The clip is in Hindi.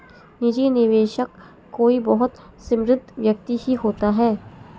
निजी निवेशक कोई बहुत समृद्ध व्यक्ति ही होता है